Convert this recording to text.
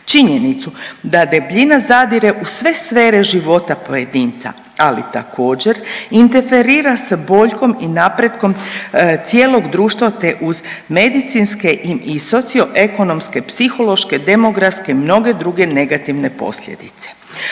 činjenicu da debljina zadire u sve sfere života pojedinca, ali također interferira se boljkom i napretkom cijelog društva te uz medicinske i socio-ekonomske, psihološke, demografske mnoge druge negativne posljedice.